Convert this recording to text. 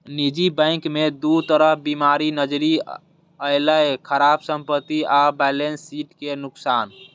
निजी बैंक मे दू तरह बीमारी नजरि अयलै, खराब संपत्ति आ बैलेंस शीट के नुकसान